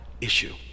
issue